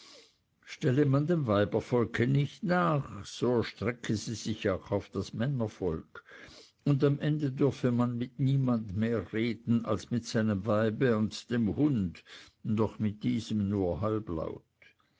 stelle man dem weibervolk nicht nach so erstrecke sie sich auch auf das männervolk und am ende dürfe man mit niemand mehr reden als mit seinem weibe und dem hund doch mit diesem nur halblaut